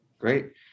Great